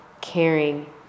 caring